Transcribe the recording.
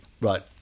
right